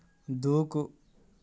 దూకు